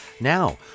Now